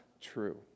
true